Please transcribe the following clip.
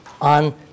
on